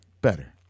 better